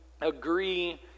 agree